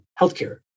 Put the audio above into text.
healthcare